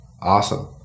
Awesome